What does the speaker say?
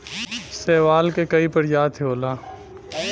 शैवाल के कई प्रजाति होला